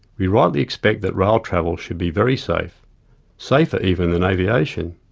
we rightly expect that rail travel should be very safe safer even than aviation.